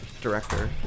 director